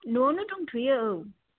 न'आवनो दंथ'यो औ